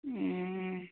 ꯎꯝ